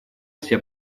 все